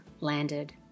landed